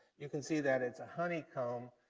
you can see that it's a honeycomb,